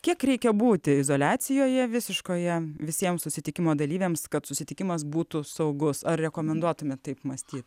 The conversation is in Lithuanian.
kiek reikia būti izoliacijoje visiškoje visiems susitikimo dalyviams kad susitikimas būtų saugus ar rekomenduotumėt taip mąstyt